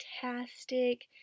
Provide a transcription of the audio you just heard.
fantastic